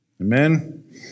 Amen